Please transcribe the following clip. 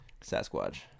Sasquatch